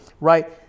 right